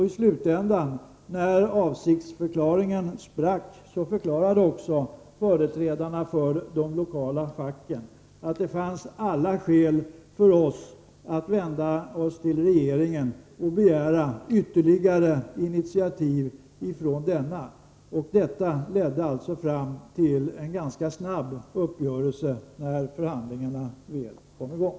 I slutändan, när avsiktsförklaringen sprack, förklarade också företrädarna för de lokala facken att vi hade alla skäl att vända oss till regeringen och begära ytterligare initiativ. Detta ledde fram till en ganska snabb uppgörelse, när förhandlingarna väl kom i gång.